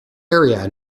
area